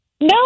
No